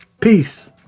Peace